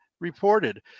reported